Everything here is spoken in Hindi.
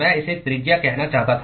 मैं इसे त्रिज्या कहना चाहता था